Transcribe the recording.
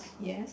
yes